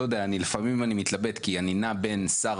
לפעמים אני מתלבט כי אני נע בין שר